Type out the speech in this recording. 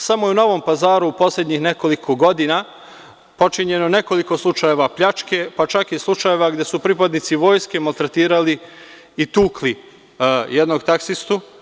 Samo je u Novom Pazaru u poslednjih nekoliko godina počinjeno nekoliko slučajeva pljačke, pa čak i slučajeva gde su pripadnici vojske maltretirali i tukli jednog taksistu.